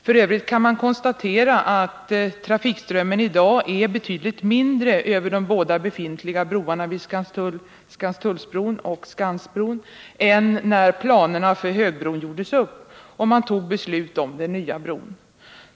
F. ö. kan man konstatera att trafikströmmen i dag är betydligt mindre över de båda befintliga broarna vid Skanstull— Skanstullsbron och Skansbron — än när planerna för högbron gjordes upp och man fattade beslut om den nya bron.